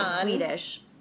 Swedish